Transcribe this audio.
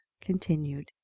continued